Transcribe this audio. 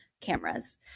cameras